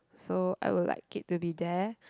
so I would like it to be there